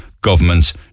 governments